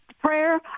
Prayer